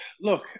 look